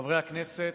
חברי הכנסת,